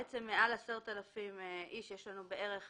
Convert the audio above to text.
מעל ל-10,000 איש יש לנו בערך